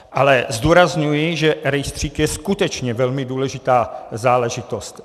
Ale zdůrazňuji, že rejstřík je skutečně velmi důležitá záležitost.